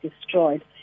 destroyed